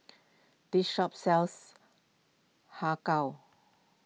this shop sells Har Kow